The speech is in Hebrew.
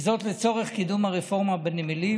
וזאת לצורך קידום הרפורמה בנמלים.